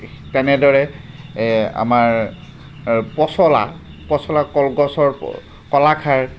তেনেদৰে এই আমাৰ পচলা পচলা কলগছৰ কলাখাৰ